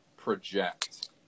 project